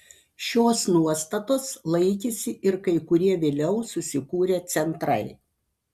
šios nuostatos laikėsi ir kai kurie vėliau susikūrę centrai